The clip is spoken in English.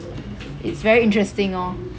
it's very interesting orh